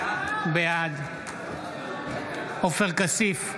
בעד עופר כסיף,